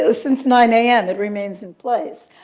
so since nine am, it remains in place.